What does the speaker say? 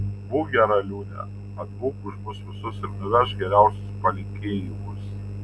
būk gera liūne atbūk už mus visus ir nuvežk geriausius palinkėjimus